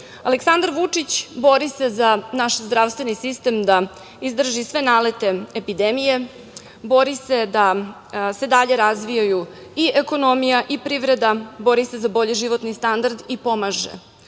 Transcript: Aleksandar Vučić bori se za naš zdravstveni sistem da izdrži sve nalete epidemije. Bori se da se dalje razvijaju i ekonomija i privreda, bori se za bolji životni standard i pomaže,